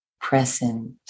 present